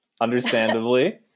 Understandably